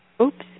Oops